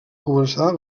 començar